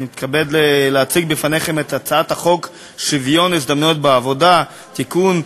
אני מתכבד להציג בפניכם את הצעת החוק שוויון ההזדמנויות בעבודה (תיקון,